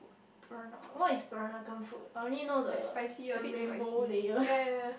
perana~ what is Peranakan food I only know the the rainbow layers